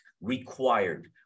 required